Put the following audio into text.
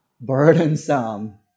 Burdensome